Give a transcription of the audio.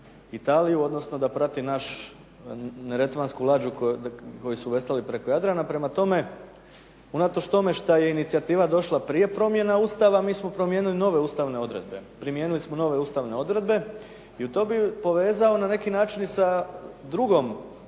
da prati naš Neretvansku lađu koji su veslali preko Jadrana, prema tome, unatoč tome što je inicijativa došla prije promjena Ustava mi smo primijenili nove ustavne odredbe. I to bih povezao na neki način i sa druge